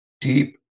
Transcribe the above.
deep